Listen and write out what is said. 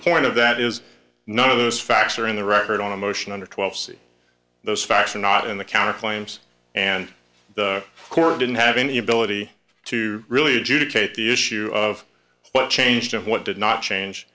point of that is none of those facts are in the record on a motion under twelve c those facts not in the counterclaims and the court didn't have any ability to really adjudicate the issue of what changed and what did not change